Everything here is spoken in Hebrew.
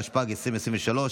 התשפ"ג 2023,